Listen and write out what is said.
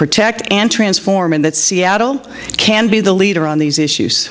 protect and transform and that seattle can be the leader on these issues